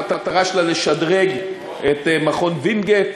המטרה שלה היא לשדרג את מכון וינגייט,